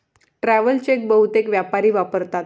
travel cheque बहुतेक व्यापारी वापरतात